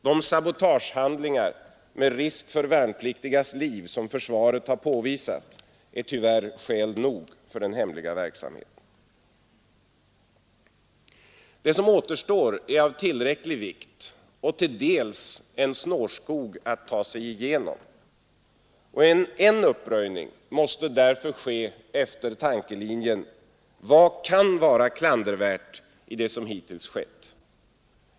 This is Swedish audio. De sabotagehandlingar med risker för värnpliktigas liv som försvaret påvisat är tyvärr skäl nog för den hemliga verksamheten. Det som återstår är av tillräcklig vikt och till dels en snårskog att ta sig fram igenom. En uppröjning måste ske längs tankelinjen: Vad kan vara klandervärt i det som hittills skett?